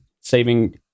saving